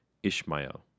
Ishmael